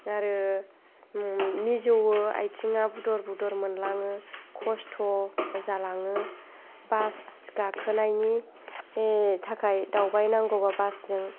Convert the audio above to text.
आरो मिजौवो आथिङा बुदर बुदर मोनलाङो खस्त' जालाङो बास गाखोनायनि थाखाय दावबाय नांगौबा बासजों